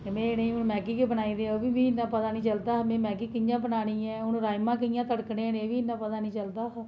के इ'नेंगी मैग्गी गै बनाई देऔ ओह्बी मी इन्ना पता नेईं चलदा हा कि कि'यां बनानी ऐ हून राजमां कि''या तड़कने न ओह्बी इन्ना पता नेईं चलदा हा